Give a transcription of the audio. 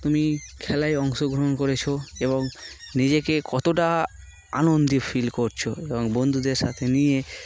তুমি খেলায় অংশগ্রহণ করেছো এবং নিজেকে কতটা আনন্দ ফিল করছো এবং বন্ধুদের সাথে নিয়ে